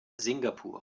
singapur